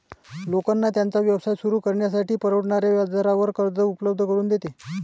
लोकांना त्यांचा व्यवसाय सुरू करण्यासाठी परवडणाऱ्या व्याजदरावर कर्ज उपलब्ध करून देते